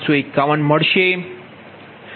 551 મળશે